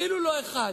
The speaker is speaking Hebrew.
אפילו לא אחד.